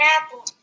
apple